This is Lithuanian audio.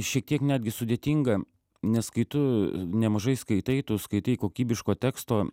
šiek tiek netgi sudėtinga nes kai tu nemažai skaitai tu skaitai kokybiško teksto